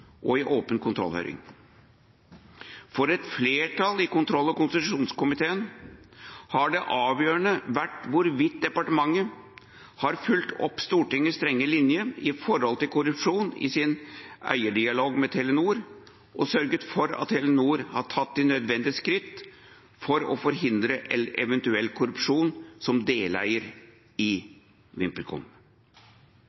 det avgjørende vært hvorvidt departementet har fulgt opp Stortingets strenge linje i forhold til korrupsjon i sin eierdialog med Telenor og sørget for at Telenor har tatt de nødvendige skritt for å forhindre eventuell korrupsjon som deleier i